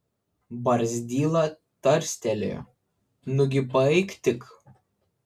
barzdyla tarstelėjo nugi paeik tik